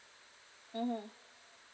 mmhmm